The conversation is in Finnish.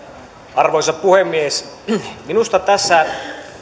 arvoisa puhemies minusta tässä